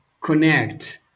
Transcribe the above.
connect